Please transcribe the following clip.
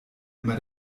immer